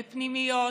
פנימיות,